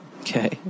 Okay